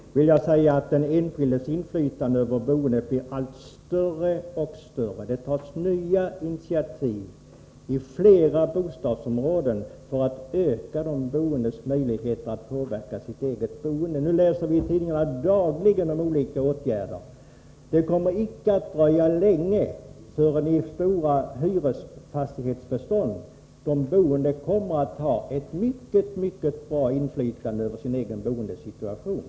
Fru talman! Som svar på den senaste frågan vill jag säga att den enskildes inflytande över boendet blir allt större. Det tas nya initiativ i flera bostadsområden för att öka de boendes möjligheter att påverka sitt eget boende. Nu läser vi i tidningarna dagligen om olika åtgärder. Det kommer icke att dröja länge förrän de boende i stora hyresfastighetsbestånd kommer att ha ett mycket bra inflytande över sin egen boendesituation.